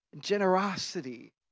generosity